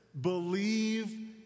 believe